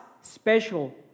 special